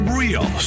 real